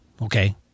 Okay